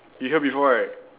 you hear before right